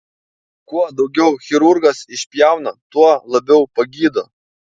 kuo daugiau chirurgas išpjauna tuo labiau pagydo